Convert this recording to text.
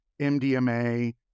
mdma